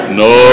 no